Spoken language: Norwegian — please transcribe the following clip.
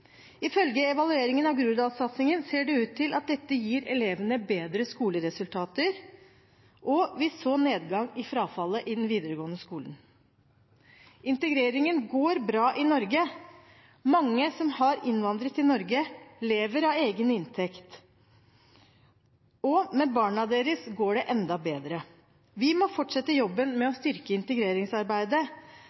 Ifølge evalueringen av Groruddalssatsingen ser det ut til at dette gir elevene bedre skoleresultater, og man så nedgang i frafallet i den videregående skolen. Integreringen går bra i Norge. Mange som har innvandret til Norge, lever av egen inntekt, og med barna deres går det enda bedre. Vi må fortsette jobben med å styrke integreringsarbeidet.